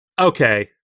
Okay